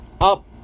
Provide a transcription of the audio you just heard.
up